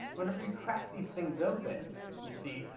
whenever you crack these things open you see,